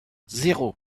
zéro